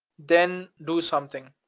then do something,